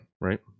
right